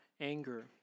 anger